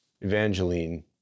Evangeline